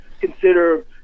consider